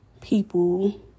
people